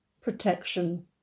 protection